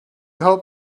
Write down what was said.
hoped